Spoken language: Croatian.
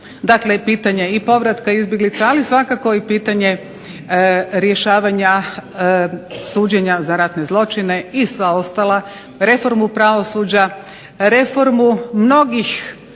Dakle, i pitanje povratka izbjeglica, ali svakako i pitanje rješavanja suđenja za ratne zločine i sva ostala – reformu pravosuđa, reformu mnogih